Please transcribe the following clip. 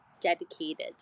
dedicated